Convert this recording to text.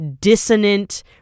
dissonant